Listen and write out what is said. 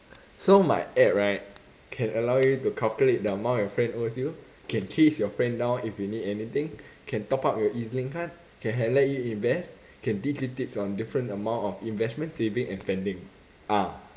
so my app right can allow you to calculate the amount your friend owes you can chase your friend now if you need anything can top up your E_Z link card can let you invest can give you tips on different amount of investment saving and spending ah